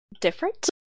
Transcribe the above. different